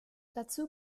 dazu